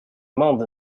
month